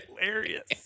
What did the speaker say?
hilarious